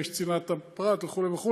יש צנעת הפרט וכו' וכו',